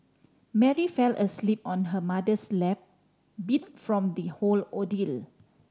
Mary fell asleep on her mother's lap beat from the whole ordeal